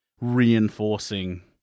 reinforcing